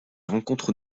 rencontre